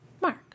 Mark